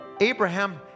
Abraham